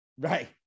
Right